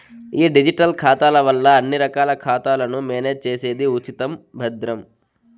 ఈ డిజిటల్ ఖాతాల వల్ల అన్ని రకాల ఖాతాలను మేనేజ్ చేసేది ఉచితం, భద్రం